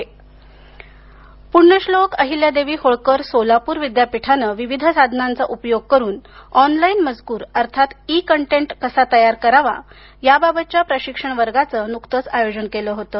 डु content Punyashlok Ahilyadevi Holkar Solapur विद्यापीठानं विविध साधनांचा उपयोग करून ऑनलाईन मजकूर अर्थात ई कंटेट कसा तयार करावा याबाबतच्या प्रशिक्षण वर्गाचं नुकतंच आयोजन केलं होतं